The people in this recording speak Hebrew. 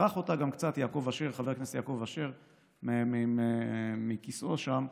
צרח אותה גם קצת חבר הכנסת יעקב אשר מכיסאו שם,